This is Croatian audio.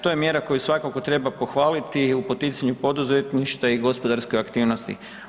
To je mjera koju svakako treba pohvaliti u poticanju poduzetništva i gospodarske aktivnosti.